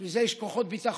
בשביל זה יש כוחות ביטחון,